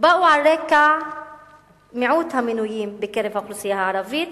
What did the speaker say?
באו על רקע מיעוט המינויים מקרב האוכלוסייה הערבית,